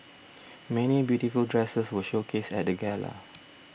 many beautiful dresses were showcased at the gala